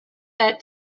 that